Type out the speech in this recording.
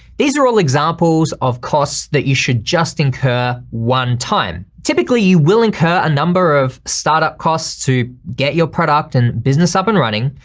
these are all examples of costs that you should just incur, one time. typically you will incur a number of startup costs to get your product and business up and running.